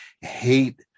hate